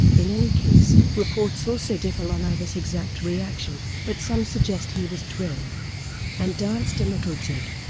in any case, reports also differ on ives's exact reaction, but some suggest he was thrilled and danced a little jig.